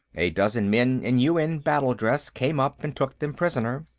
a dozen men in un battledress came up and took them prisoner.